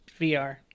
VR